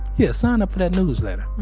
yeah, sign up for that newsletter.